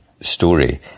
story